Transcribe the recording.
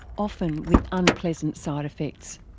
often with unpleasant side effects.